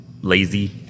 lazy